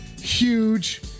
Huge